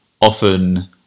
often